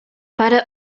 parę